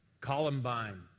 Columbine